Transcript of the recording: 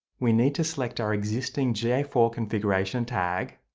we need to select our existing g a four configuration tag.